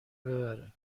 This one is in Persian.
ببره